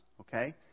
okay